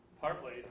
partly